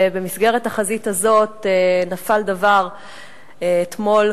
ובמסגרת החזית הזאת נפל דבר אתמול,